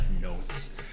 notes